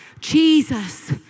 Jesus